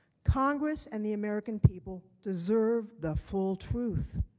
congress and the american people deserve the full truth.